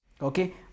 Okay